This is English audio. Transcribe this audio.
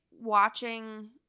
watching